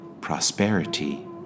Prosperity